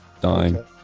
dying